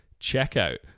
checkout